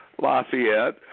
Lafayette